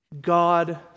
God